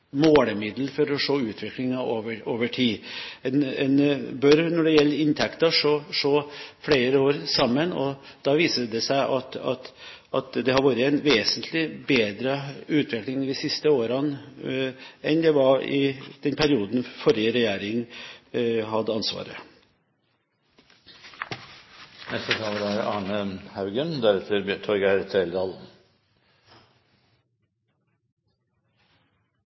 målemiddel for å se utviklingen over tid. En bør når det gjelder inntekter, se flere år sammen, og da viser det seg at det har vært en vesentlig bedre utvikling de siste årene enn det var i den perioden forrige regjering hadde ansvaret. Jeg er